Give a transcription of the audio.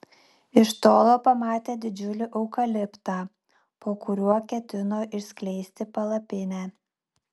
iš tolo pamatė didžiulį eukaliptą po kuriuo ketino išskleisti palapinę